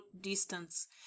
distance